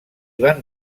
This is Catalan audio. van